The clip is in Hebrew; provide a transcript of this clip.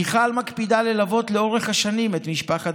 מיכל מקפידה ללוות לאורך שנים את משפחת